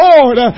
Lord